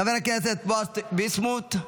חבר הכנסת בועז ביסמוט,